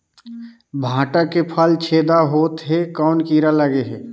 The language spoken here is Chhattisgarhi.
भांटा के फल छेदा होत हे कौन कीरा लगे हे?